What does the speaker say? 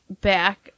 back